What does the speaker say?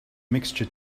mixture